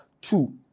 two